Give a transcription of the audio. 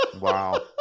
Wow